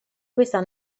questa